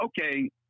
okay